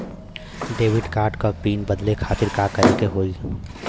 Debit card क PIN बदले खातिर का करेके होई?